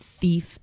thief